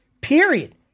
Period